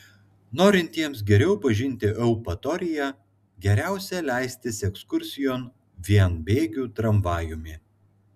norintiems geriau pažinti eupatoriją geriausia leistis ekskursijon vienbėgiu tramvajumi